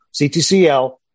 CTCL